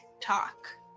talk